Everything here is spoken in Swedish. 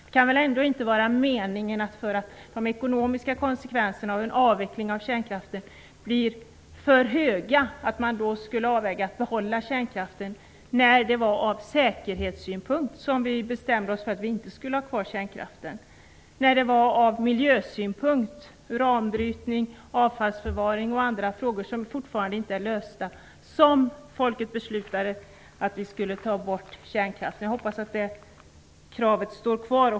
Det kan väl ändå inte vara meningen att bara för att de ekonomiska konsekvenserna av en avveckling av kärnkraften blir för höga skall man överväga att behålla kärnkraften? Det var ur säkerhetssynpunkt som vi bestämde att kärnkraften skulle avvecklas. Det var vidare ur miljösynpunkt - uranbrytning, avfallsförvaring och andra frågor är fortfarande inte lösta - som folket beslutade att avveckla kärnkraften. Jag hoppas att det kravet står kvar.